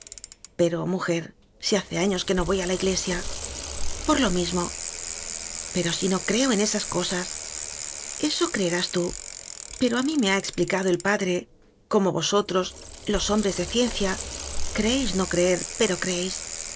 pero mujer si hace años que no voy a la iglesia ipor lo mismo pero si no creo en esas cosas eso creerás tú pero a mí mte ha expli cado el padre cómo vosotros los hombres de ciencia creéis no creer pero creéis